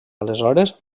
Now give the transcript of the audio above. aleshores